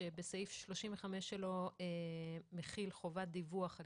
שבסעיף 35 שלו מחיל חובת דיווח על